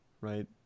right